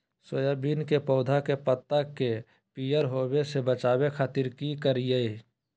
Soybean के पौधा के पत्ता के पियर होबे से बचावे खातिर की करिअई?